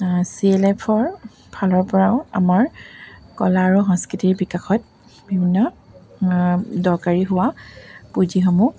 C L এফৰফালৰপৰাও আমাৰ কলা আৰু সংস্কৃতিৰ বিকাশত বিভিন্ন দৰকাৰী হোৱা পুঁজিসমূহ